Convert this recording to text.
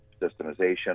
systemization